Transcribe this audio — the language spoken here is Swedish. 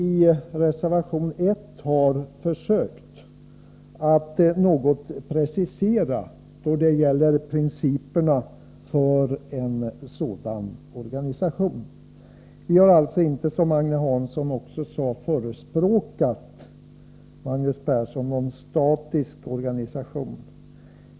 I reservation 1 har vi försökt att något precisera principerna för en sådan organisation. Magnus Persson, vi har inte — vilket Agne Hansson nämnde — förespråkat någon statisk organisation.